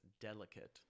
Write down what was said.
delicate